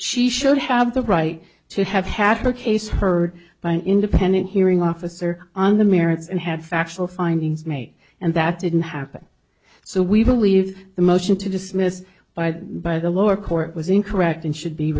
she should have the right to have had her case heard by an independent hearing officer on the merits and had factual findings made and that didn't happen so we believe the motion to dismiss by the by the lower court was incorrect and should be